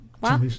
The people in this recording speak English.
Wow